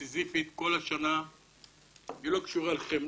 לפני שהוא סיים כבר האולם נשאר ריק,